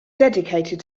dedicated